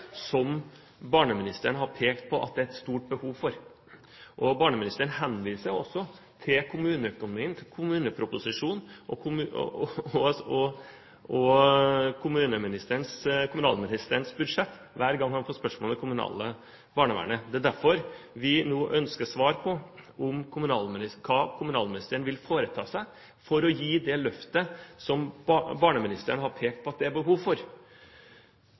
som barneministeren har pekt på at det er et stort behov for. Barneministeren henviser til kommuneøkonomien, kommuneproposisjonen og kommunalministerens budsjett hver gang han får spørsmål om det kommunale barnevernet. Derfor ønsker vi nå svar på hva kommunalministeren vil foreta seg for å gi det løftet som barneministeren har pekt på at det er behov for.